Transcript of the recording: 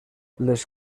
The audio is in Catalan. les